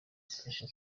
zifasha